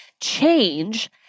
Change